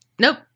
nope